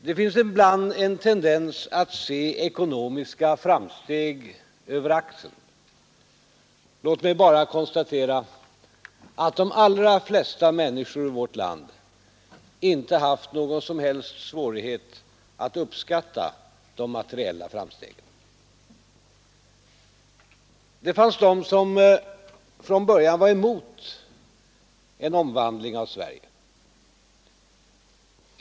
Det finns ibland en tendens att se ekonomiska framsteg över axeln. Låt mig bara konstatera, att de allra flesta människor i vårt land inte haft någon som helst svårighet att uppskatta de materiella framstegen. Det fanns de som i början var emot en omvandling av Sverige.